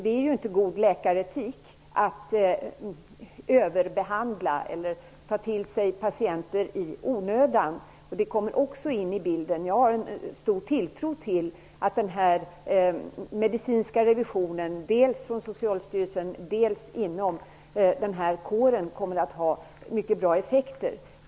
Det är inte god läkaretik att överbehandla eller ta till sig patienter i onödan. Det kommer också in i bilden. Jag har stor tilltro till att den medicinska revisionen dels från Socialstyrelsen, dels inom kåren kommer att ha mycket goda effekter.